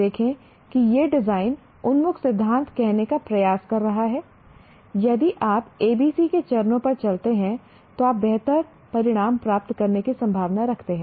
देखें कि यह डिजाइन उन्मुख सिद्धांत कहने का प्रयास कर रहा है यदि आप ABC के चरणों पर चलते हैं तो आप बेहतर परिणाम प्राप्त करने की संभावना रखते हैं